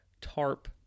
tarp